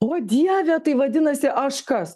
o dieve tai vadinasi aš kas